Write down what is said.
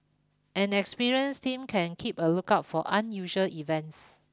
an experienced team can keep a lookout for unusual events